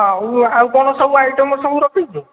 ହଉ ଆଉ କ'ଣ ସବୁ ଆଇଟମ୍ ସବୁ ରଖୁଛୁ